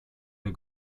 der